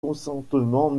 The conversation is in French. consentement